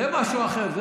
זה משהו אחר.